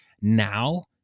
now